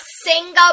single